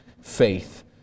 faith